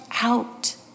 out